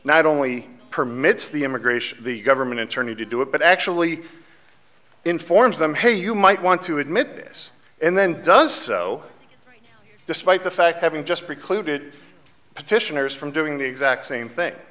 not only permits the immigration the government attorney to do it but actually informs them hey you might want to admit this and then does so despite the fact having just precluded petitioners from doing the exact same thing